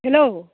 hello